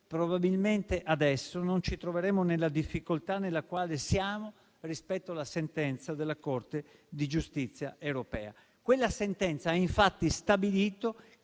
probabilmente adesso non ci troveremmo nella difficoltà nella quale siamo rispetto alla sentenza della Corte di giustizia europea. Quella sentenza, infatti, ha stabilito che